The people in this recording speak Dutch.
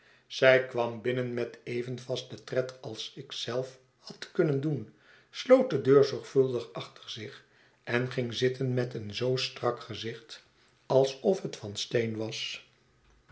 zij kwam binnen met even vasten tred als ik zelf had kunnen doen sloot de deur zorgvuldig achter zich en ging zitten met een zoo strak gezicht alsof het van steen was